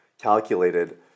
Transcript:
calculated